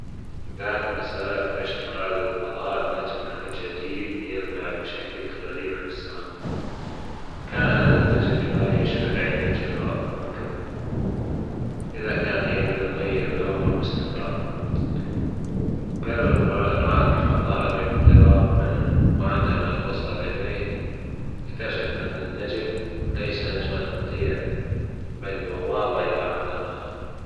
ذات مساء أكتشف رائد الفضاء نجد جديد يلمع بشكل غريب في السماء كان هذا النجم في البداية لا يشبه أي نجم رأه من جبل إرا كان يبي يغير لونه باستمرار جرر رائد الفضاء الاقتراب منه وعندما وصل إليه أكتشف أن النجم ليس نجمًا عاديًا بل بوابة إلى عالم أخر.